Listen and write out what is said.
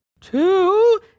Two